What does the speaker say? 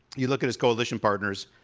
you look at his coalition partners,